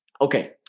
Okay